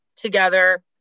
Together